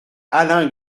alain